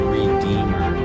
redeemer